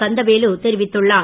கந்தவேலு தெரிவித்துள்ளார்